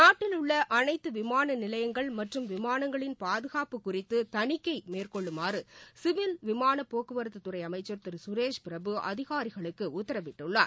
நாட்டிலுள்ள அனைத்து விமான நிலையங்கள் மற்றும் விமானங்களின் பாதுகாப்பு குறித்து தணிக்கை மேற்கொள்ளுமாறு சிவில் விமான போக்குவரத்து துறை அமைச்ச் திரு சுரேஷ்பிரபு அதிகாரிகளுக்கு உத்தரவிட்டுள்ளார்